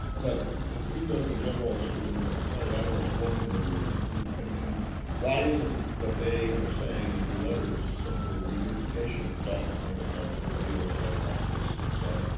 but the three dozen generals who and retired admirals weren't in the room, and and and why isn't what they are saying in their letters a simple regurgitation of the talking points about the deal that the white house has said?